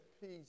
peace